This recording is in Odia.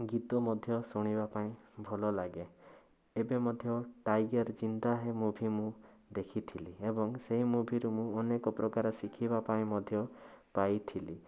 ଗୀତ ମଧ୍ୟ ଶୁଣିବା ପାଇଁ ଭଲ ଲାଗେ ଏବେ ମଧ୍ୟ ଟାଇଗର୍ ଜିନ୍ଦା ହେ ମୁଭି ମୁଁ ଦେଖିଥିଲି ଏବଂ ସେଇ ମୁଭିରୁ ମୁଁ ଅନେକ ପ୍ରକାର ଶିଖିବା ପାଇଁ ମଧ୍ୟ ପାଇଥିଲି